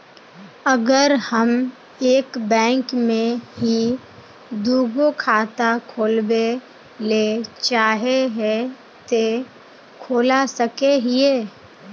अगर हम एक बैंक में ही दुगो खाता खोलबे ले चाहे है ते खोला सके हिये?